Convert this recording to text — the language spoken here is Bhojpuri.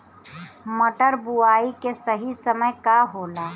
मटर बुआई के सही समय का होला?